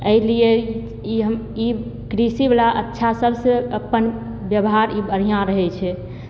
एहिलिए ई हम ई कृषिवला अच्छा सबसे अप्पन बेवहार ई बढ़िआँ रहै छै